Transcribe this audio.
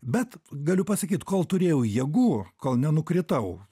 bet galiu pasakyt kol turėjau jėgų kol nenukritau